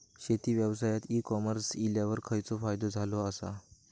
शेती व्यवसायात e commerce इल्यावर खयचो फायदो झालो आसा?